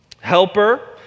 Helper